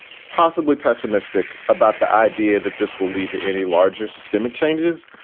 possibly pessimistic about the idea that this will lead to any larger systemic changes.